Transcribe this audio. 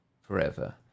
forever